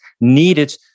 needed